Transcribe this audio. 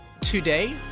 Today